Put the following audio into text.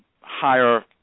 higher